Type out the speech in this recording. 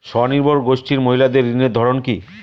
স্বনির্ভর গোষ্ঠীর মহিলাদের ঋণের ধরন কি?